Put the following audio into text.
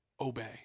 obey